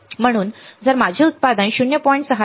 म्हणून जर माझे उत्पादन 0